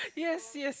yes yes